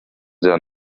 der